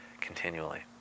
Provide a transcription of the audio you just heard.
continually